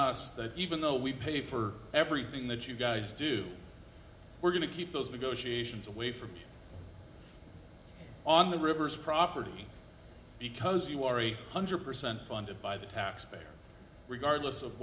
us that even though we pay for everything that you guys do we're going to keep those negotiations away from on the reverse property because you are a hundred percent funded by the taxpayer regardless of